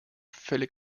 völlig